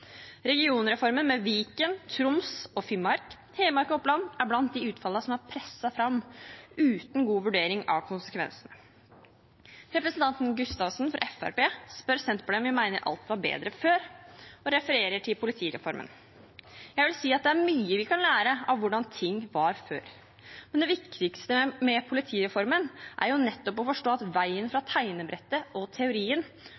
Regionreformen med Viken, Troms og Finnmark, Hedmark og Oppland er blant de utfallene som er presset fram uten god vurdering av konsekvensene. Representanten Gustavsen fra Fremskrittspartiet spør Senterpartiet om vi mener alt var bedre før, og refererer til politireformen. Jeg vil si at det er mye vi kan lære av hvordan ting var før, men det viktigste med politireformen er jo å forstå at veien